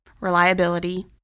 reliability